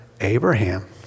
Abraham